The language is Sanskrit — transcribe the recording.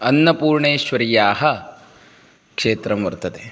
अन्नपूर्णेश्वर्याः क्षेत्रं वर्तते